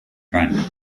khan